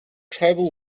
tribal